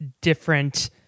different